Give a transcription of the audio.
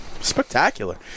Spectacular